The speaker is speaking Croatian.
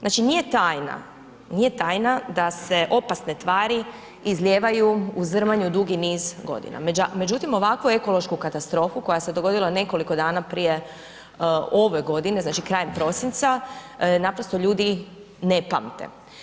Znači nije tajna da se opasne tvari izlijevaju u Zrmanju dugi niz godina, međutim ovakvu ekološku katastrofu koja se dogodila nekoliko dana prije ove godine, znači krajem prosinca naprosto ljudi ne pamte.